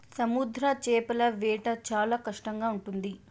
సముద్ర చేపల వేట చాలా కష్టంగా ఉంటుంది